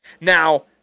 Now